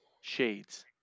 Shades